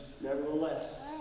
nevertheless